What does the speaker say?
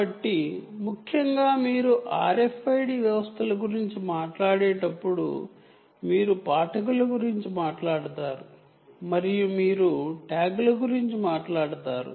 కాబట్టి ముఖ్యంగా మీరు RFID వ్యవస్థల గురించి మాట్లాడేటప్పుడు మీరు రీడర్స్ గురించి మాట్లాడతారు మరియు మీరు ట్యాగ్ల గురించి మాట్లాడతారు